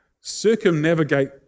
circumnavigate